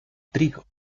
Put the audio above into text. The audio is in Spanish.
trigo